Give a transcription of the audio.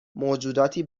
موجوداتی